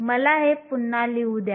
मला हे पुन्हा लिहू द्या